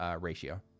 ratio